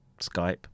Skype